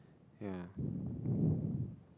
ya